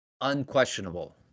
unquestionable